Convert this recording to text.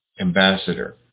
ambassador